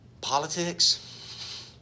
Politics